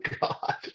God